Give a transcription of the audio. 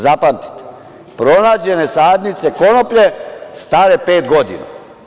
Zapamtite, pronađene sadnice konoplje stare pet godina.